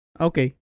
Okay